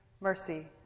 mercy